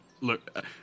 Look